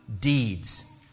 deeds